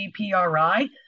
GPRI